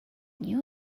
you